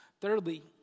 Thirdly